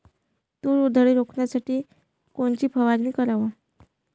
तूर उधळी रोखासाठी कोनची फवारनी कराव?